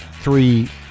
three